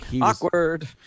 Awkward